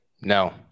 No